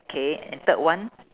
K and third one